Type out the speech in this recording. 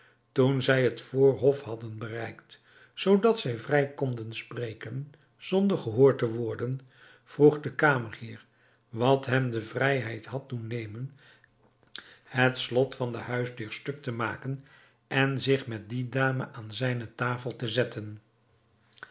toen zij het voorhof hadden bereikt zoodat zij vrij konden spreken zonder gehoord te worden vroeg de kamerheer wat hem de vrijheid had doen nemen het slot van de huisdeur stuk te maken en zich met die dame aan zijne tafel te zetten